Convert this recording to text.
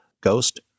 ghost